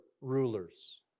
rulers